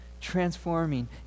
Transforming